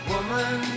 Woman